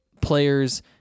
players